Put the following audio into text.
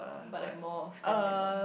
but like more often than not